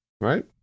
Right